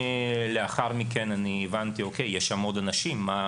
ולאחר מכן אני הבנתי שיש שם עוד אנשים ומה